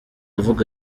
avuga